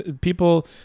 People